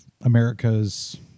America's